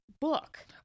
book